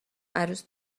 عروس